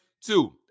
two